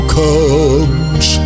comes